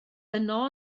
yno